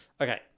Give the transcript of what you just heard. Okay